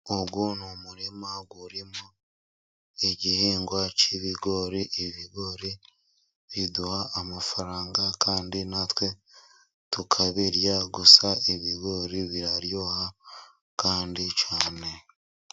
Uyu ni umurima urimo igihingwa cy'ibigori. Ibigori biduha amafaranga kandi natwe tukabirya, gusa ibigori biraryoha kandi cyane.